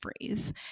phrase